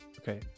Okay